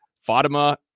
Fatima